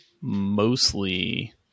Mostly